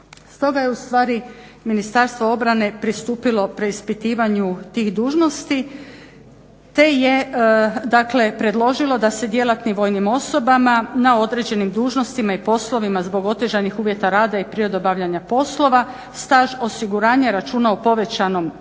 Stoga je ustvari Ministarstvo obrane pristupilo preispitivanju tih dužnosti te je dakle predložilo da se djelatnim vojnim osobama na određenim dužnostima i poslovima zbog otežanih uvjeta rada i prirode obavljanja poslova staž osiguranja računa u povećanom trajanju